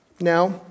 Now